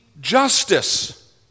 justice